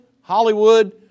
Hollywood